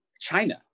China